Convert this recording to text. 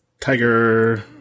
Tiger